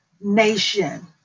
nation